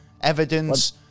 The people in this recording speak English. evidence